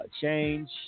Change